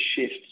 shift